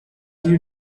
you